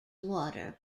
water